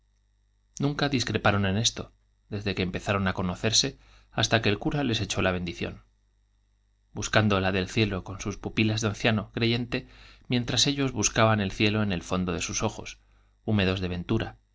nunca discreparon en esto desde que empezaron á conocerse hasta que el cura les echó su bendición buscando la del cielo con sus pupilas de anciano creyente mientras ellos buscaban el cielo en el fondo de sus ojos húmedos de ventura